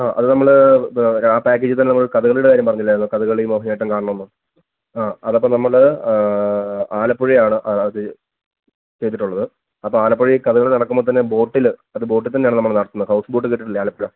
ആ അത് നമ്മൾ ആ പേക്കേജിൽ തന്നെ നമ്മൾ കഥകളിയുടെ കാര്യം പറഞ്ഞില്ലായിരുന്നോ കഥകളി മോഹിനിയാട്ടം കാണണം എന്ന് ആ അത് അപ്പോൾ നമ്മൾ ആലപ്പുഴയാണ് അത് ചെയ്തിട്ടുള്ളത് അപ്പോൾ ആലപ്പുഴ ഈ കഥകളി നടക്കുമ്പോൾ തന്നെ ബോട്ടിൽ അത് ബോട്ടിൽ തന്നെ ആണ് നമ്മള് നടത്തുന്നത് ഹൗസ്ബോട്ട് കേട്ടിട്ടില്ലേ ആലപ്പുഴ